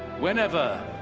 whenever,